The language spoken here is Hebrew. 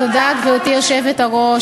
תודה, גברתי היושבת-ראש,